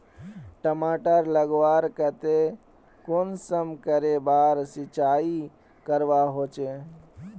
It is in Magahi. टमाटर उगवार केते कुंसम करे बार सिंचाई करवा होचए?